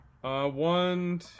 One